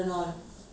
but